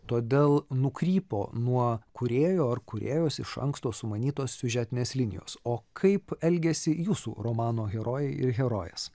todėl nukrypo nuo kūrėjo ar kūrėjos iš anksto sumanytos siužetinės linijos o kaip elgėsi jūsų romano herojai ir herojės